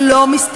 היא לא מסתכנת.